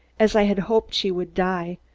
as i had hoped she would die,